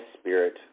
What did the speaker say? spirit